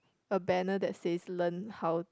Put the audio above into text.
a banner that says learn how